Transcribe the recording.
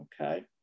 Okay